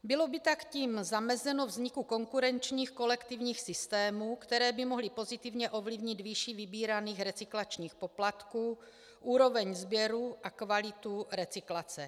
Bylo by tak tím zamezeno vzniku konkurenčních kolektivních systémů, které by mohly pozitivně ovlivnit výši vybíraných recyklačních poplatků, úroveň sběru a kvalitu recyklace.